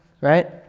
right